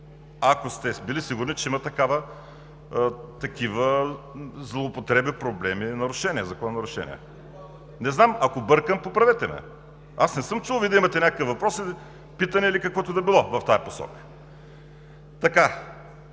ако сте били сигурни, че има такива злоупотреби, проблеми и закононарушения. Не знам, ако бъркам, поправете ме. Аз не съм чул Вие да имате някакви въпроси, питания или каквото и да било в тази посока.